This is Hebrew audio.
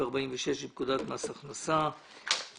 46 לפקודת מס הכנסה (רשימה שסימנה: 13-248-18).